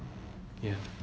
ya